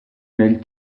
nel